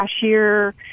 cashier